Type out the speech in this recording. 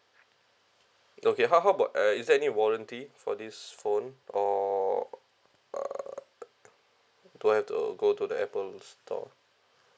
okay how how about uh is there any warranty for this phone or uh do I have to go to the Apples store